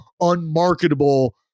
unmarketable